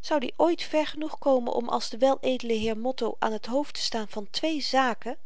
zoud i ooit ver genoeg komen om als de weledele heer motto aan t hoofd te staan van twee zaken